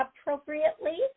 appropriately